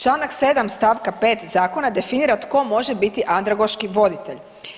Članak 7. stavka 5. zakona definira tko može biti andragoško voditelj.